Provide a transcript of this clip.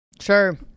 Sure